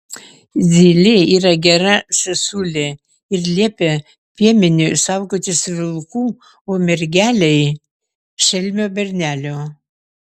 zylė yra gera sesulė ir liepia piemeniui saugotis vilkų o mergelei šelmio bernelio